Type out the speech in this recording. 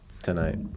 Tonight